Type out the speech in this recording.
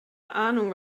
ahnung